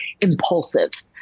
impulsive